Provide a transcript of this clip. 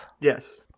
Yes